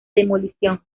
demolición